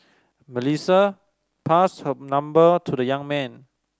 Melissa passed her number to the young man